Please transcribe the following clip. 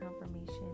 confirmation